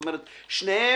שניהם,